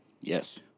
Yes